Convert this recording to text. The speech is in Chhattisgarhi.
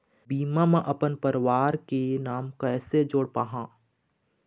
बीमा म अपन परवार के नाम कैसे जोड़ पाहां?